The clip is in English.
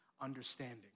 Understanding